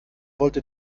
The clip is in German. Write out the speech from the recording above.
wollte